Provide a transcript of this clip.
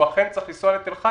הוא אכן צריך לנסוע לתל-חי,